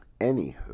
Anywho